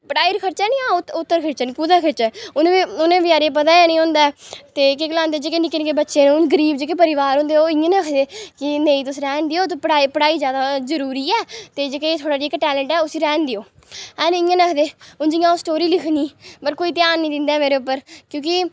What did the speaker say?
पढ़ाई र खर्चन जां उत्त 'र खर्चन कु'त्थें खर्चे उ'नें बचैरें ई पता गै निं होंदा ऐ ते केह् गलांदे जेह्के नि'क्के नि'क्के बच्चे न गरीब जेह्के परिवार होंदे ओह् इ'यां नी आखदे कि नेईं तुस रैह्न देओ तुस पढ़ाई पढ़ाई जादा जरूरी ऐ ते जेह्के थोह्ड़े टैलेंट ऐ उसी रैह्न देओ इ'यां नेह् आखदे हून जि'यां अ'ऊं स्टोरी लिखनी मगर कोई ध्यान निं दिंदा ऐ मेरे उप्पर क्योंकि